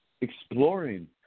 Exploring